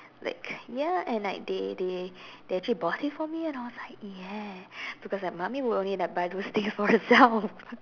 like ya and like they they they actually bought it for me and I was like ya because like mummy will only like buy those things for herself